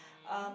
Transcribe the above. um